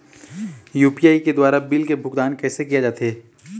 UPI के द्वारा bill के भुगतान कैसे किया जाथे?